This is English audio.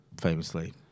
famously